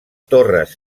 torres